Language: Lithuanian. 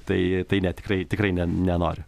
tai tai ne tikrai tikrai ne nenoriu